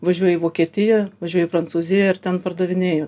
važiuoju į vokietiją važiuoju į prancūziją ir ten pardavinėju